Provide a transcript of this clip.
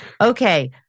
Okay